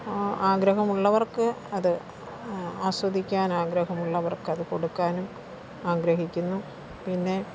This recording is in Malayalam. ആ ആഗ്രഹമുള്ളവർക്ക് അത് ആസ്വദിക്കാനാഗ്രഹമുള്ളവർക്കത് കൊടുക്കാനും ആഗ്രഹിക്കുന്നു പിന്നെ